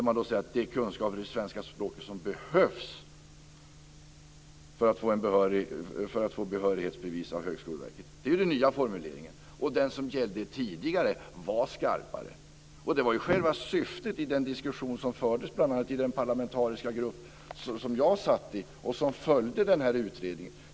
Man talar om de kunskaper i det svenska språket som behövs för att en lärare ska få behörighetsbevis av Högskoleverket. Det är den nya formuleringen. Den som gällde tidigare var skarpare. Det var själva syftet med den diskussion som fördes bl.a. i den parlamentariska grupp som jag satt i och som följde denna utredning.